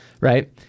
right